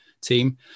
team